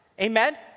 Amen